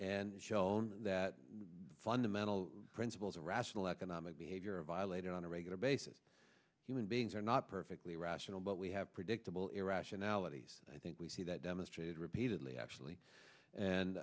and shown that fundamental principles of rational economic behavior violated on a regular basis human beings are not perfectly rational but we have predictable irrationalities i think we see that demonstrated repeatedly actually